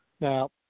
Now